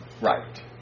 Right